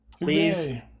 Please